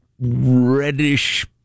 reddish